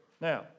Now